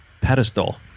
pedestal